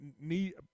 need